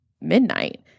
midnight